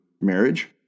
marriage